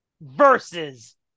versus